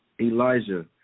Elijah